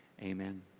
Amen